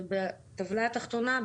ובטבלה התחתונה,